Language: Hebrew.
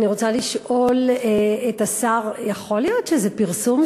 אני רוצה לשאול את השר: יכול להיות שזה פרסום